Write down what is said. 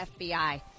FBI